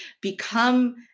become